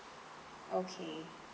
okay